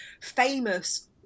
famous